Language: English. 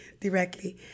Directly